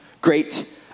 great